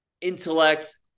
intellect